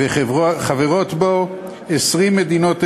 וחברות בו 20 מדינות אירופה.